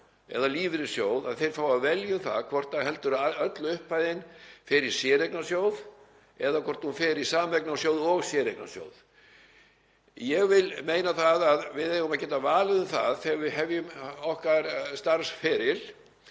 eða lífeyrissjóð fái að velja um það hvort öll upphæðin fari í séreignarsjóð eða hvort hún fari í sameignarsjóð og séreignarsjóð. Ég vil meina að við eigum að geta valið um það þegar við hefjum okkar starfsferil